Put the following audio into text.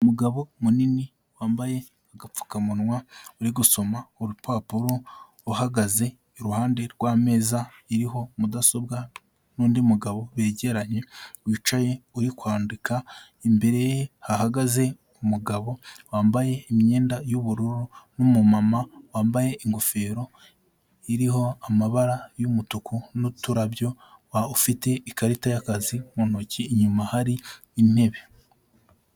Umugabo munini wambaye agapfukamunwa uri gusoma urupapuro, uhagaze iruhande rw'ameza iriho mudasobwa n'undi mugabo begeranye wicaye uri kwandika, imbere hahagaze umugabo wambaye imyenda y'ubururu n'umumama wambaye ingofero iriho amabara y'umutuku n'uturabyo ufite ikarita y'akazi mu ntoki inyuma hari intebe.